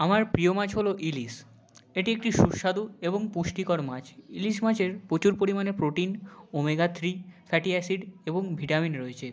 আমার প্রিয় মাছ হলো ইলিশ এটি একটি সুস্বাদু এবং পুষ্টিকর মাছ ইলিশ মাছের প্রচুর পরিমাণে protein omega three fatty acid এবং ভিটামিন রয়েছে